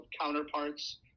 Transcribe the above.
counterparts